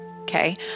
Okay